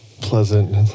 Pleasant